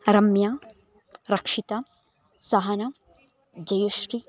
Ramya Rakshita Sahana Jayashri